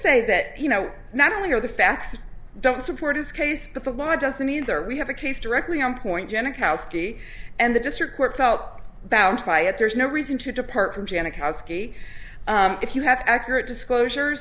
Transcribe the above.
say that you know not only are the facts don't support his case but the law doesn't either we have a case directly on point jenna koski and the district court felt bound by it there's no reason to depart from janet how ski if you have accurate disclosure